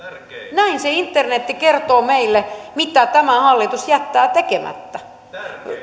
näin se internetti kertoo meille mitä tämä hallitus jättää tekemättä